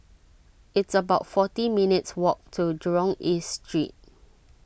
it's about forty minutes' walk to Jurong East Street